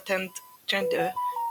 "womenartand gender",